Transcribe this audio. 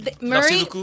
Murray